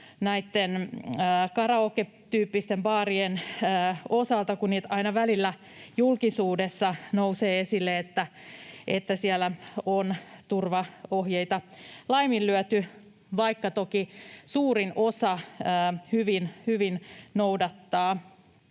näitten karaoketyyppisten baarien osalta, kun aina välillä julkisuudessa nousee esille, että siellä on turvaohjeita laiminlyöty, vaikka toki suurin osa noudattaa